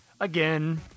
Again